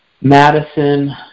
Madison